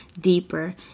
deeper